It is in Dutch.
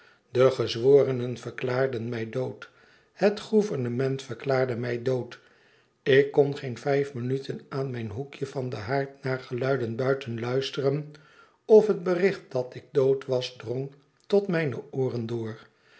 de gezworenen verklaarden mij dood het gouvernement verklaarde mij dood ik kon geen vijf minuten aan mijn hoekje van den haard naar geluiden buiten luisteren of het bericht dat ik dood was drong tot mijne ooren door